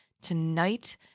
Tonight